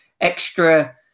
extra